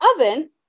oven